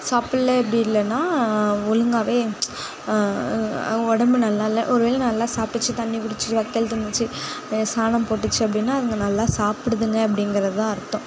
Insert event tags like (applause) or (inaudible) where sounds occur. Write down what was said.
சாப்பில்ல அப்படி இல்லைன்னா ஒழுங்காகவே உடம்பு நல்லா இல்லை ஒரு வேளை நல்லா சாப்பிட்டுச்சி தண்ணி குடிச்சிச்சு (unintelligible) ஏ சாணம் போட்டுச்சு அப்படின்னா அதுங்க நல்லா சாப்பிடுதுங்க அப்படிங்கிறது தான் அர்த்தம்